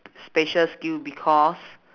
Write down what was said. spatial skill because